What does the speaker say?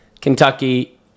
Kentucky